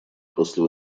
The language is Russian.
после